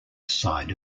side